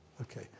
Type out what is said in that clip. Okay